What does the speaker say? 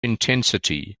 intensity